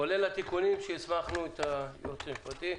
כולל התיקונים שהסמכנו את היועץ המשפטי לנסח.